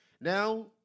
Now